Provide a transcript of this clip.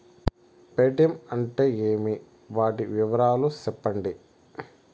Paytm అంటే ఏమి, వాటి వివరాలు సెప్పండి?